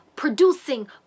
Producing